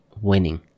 winning